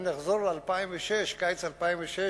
אם נחזור לקיץ 2006,